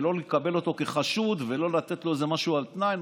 ולא לקבל אותו כחשוד ולא לתת לו איזה משהו על תנאי,